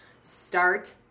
start